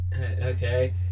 Okay